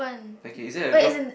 okay is there a girl